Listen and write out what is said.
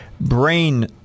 brain